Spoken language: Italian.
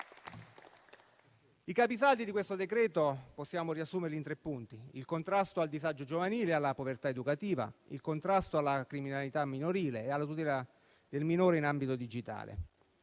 I capisaldi di questo decreto-legge possiamo riassumerli in tre punti: il contrasto al disagio giovanile e alla povertà educativa, il contrasto alla criminalità minorile e la tutela del minore in ambito digitale.